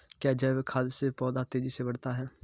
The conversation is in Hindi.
क्या जैविक खाद से पौधा तेजी से बढ़ता है?